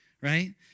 right